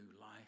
life